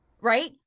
right